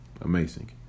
amazing